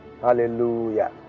Hallelujah